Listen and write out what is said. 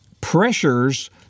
pressures